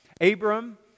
Abram